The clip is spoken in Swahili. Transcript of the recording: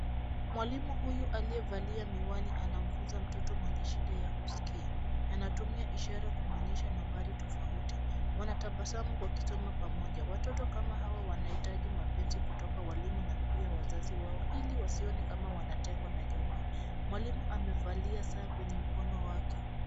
Mwalimu huyu aliyevalia miwani anamfunza mtoto mwenye shida ya kuskia Anatumia ishara kumwonyesha nambari tofauti, wanatabasamu wakisoma pamoja. Watoto kama hawa wanahitaji mapenzi kutoka walimu na pia wazazi wao ili wasione kama wanatemwa na jamii. Mwalimu amevalia saa kwenye mkono wake.